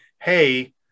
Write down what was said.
hey